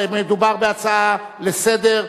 מדובר בהצעה לסדר,